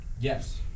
Yes